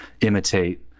imitate